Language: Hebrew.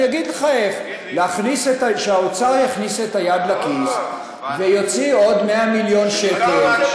אני אגיד לך איך: שהאוצר יכניס את היד לכיס ויוציא עוד 100 מיליון שקל.